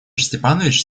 степанович